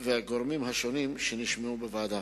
והגורמים השונים שנשמעו בוועדה.